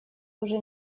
уже